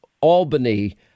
Albany